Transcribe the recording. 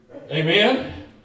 Amen